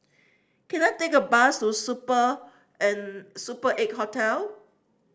can I take a bus to Super Super Eight Hotel